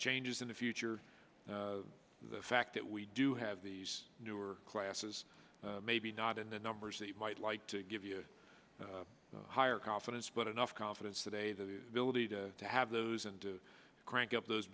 changes in the future the fact that we do have these newer classes maybe not in the numbers that you might like to give you a higher confidence but enough confidence today that the ability to have those and to crank up those